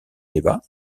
débat